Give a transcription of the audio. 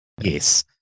yes